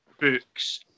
books